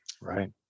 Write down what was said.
Right